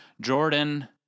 Jordan